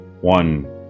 one